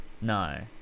No